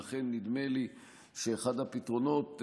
ולכן נדמה לי שאחד הפתרונות,